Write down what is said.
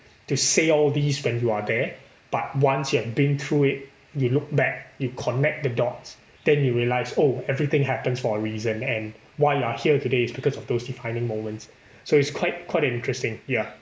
to say all these when you are there but once you have been through it you look back you connect the dots then you realise oh everything happens for a reason and why you're here today is because of those defining moments so it's quite quite interesting ya